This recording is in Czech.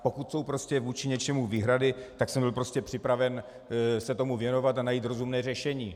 Pokud jsou vůči něčemu výhrady, tak jsem byl prostě připraven se tomu věnovat a najít rozumné řešení.